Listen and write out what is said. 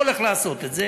ואני לא הולך לעשות את זה,